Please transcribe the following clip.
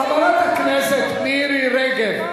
חברת הכנסת מירי רגב,